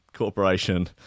corporation